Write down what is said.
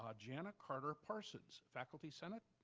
ah jana carter parsons, faculty senate.